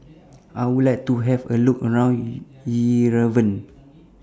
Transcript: I Would like to Have A Look around E Yerevan